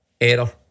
Error